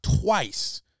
twice